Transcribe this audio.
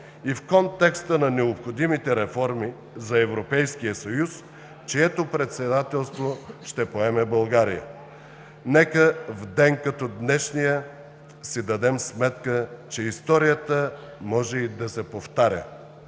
и в контекста на необходимите реформи за Европейския съюз, чието председателство ще поеме България. Нека в ден като днешния си дадем сметка, че историята може и да се повтаря.